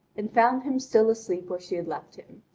and found him still asleep where she had left him.